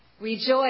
Rejoice